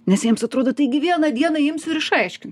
nes jiems atrodo taigi vieną dieną imsiu ir išaiškin